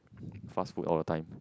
fast food all the time